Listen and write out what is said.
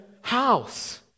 house